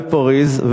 בפריז,